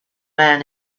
were